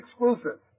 exclusive